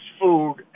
food